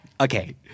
Okay